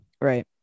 Right